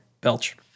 belch